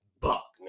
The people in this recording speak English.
Buck